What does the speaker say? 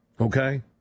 Okay